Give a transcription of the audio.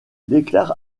déclare